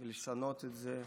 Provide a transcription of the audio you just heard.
לשנות את זה,